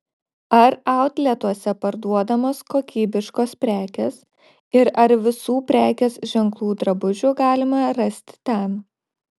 ar autletuose parduodamos kokybiškos prekės ir ar visų prekės ženklų drabužių galima rasti ten